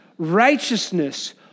righteousness